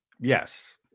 Yes